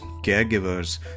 caregivers